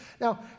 Now